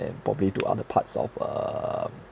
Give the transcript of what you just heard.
and probably to other parts of uh